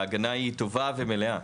ההגנה היא טובה ומלאה.